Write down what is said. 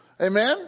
Amen